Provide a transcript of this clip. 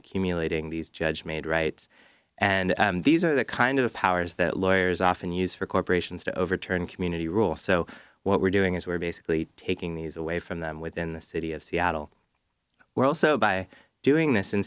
accumulating these judge made rights and these are the kind of powers that lawyers often use for corporations to overturn community rules so what we're doing is we're basically taking these away from them within the city of seattle we're also by doing this in